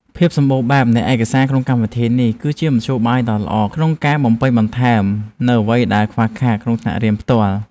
ភាពសម្បូរបែបនៃឯកសារក្នុងកម្មវិធីនេះ គឺជាមធ្យោបាយដ៏ល្អក្នុងការបំពេញបន្ថែមនូវអ្វីដែលខ្វះខាតក្នុងថ្នាក់រៀនផ្ទាល់។